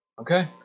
Okay